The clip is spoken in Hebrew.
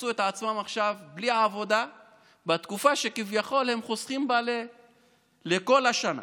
ומצאו את עצמם עכשיו בלי עבודה בתקופה שכביכול הם חוסכים בה לכל השנה.